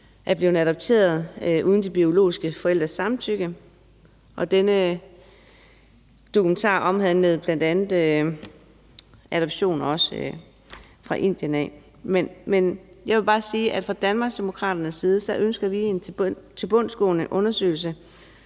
er blevet adopteret uden de biologiske forældres samtykke. Denne dokumentar omhandlede bl.a. også adoptioner fra Indien. Men jeg vil bare sige, at fra Danmarksdemokraternes side ønsker vi en tilbundsgående undersøgelse